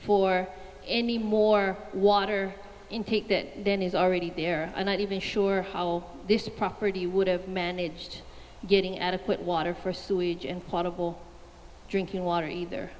for any more water intake that then is already there and i even sure how this property would have managed getting adequate water for sewage and portable drinking water either